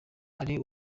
ari